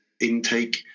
intake